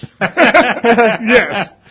Yes